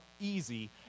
easy